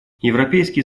европейский